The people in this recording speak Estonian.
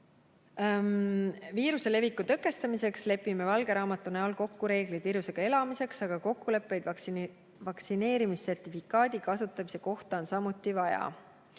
"Viiruse leviku tõkestamiseks lepime valge raamatu näol kokku reeglid viirusega elamiseks, aga kokkuleppeid vaktsineerimissertifikaadi kasutamise kohta on samuti vaja.